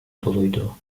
doluydu